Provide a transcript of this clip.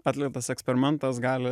atliktas eksperimentas gali